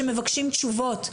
שמבקשים תשובות.